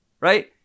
right